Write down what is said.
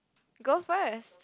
go first